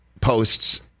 posts